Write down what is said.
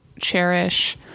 cherish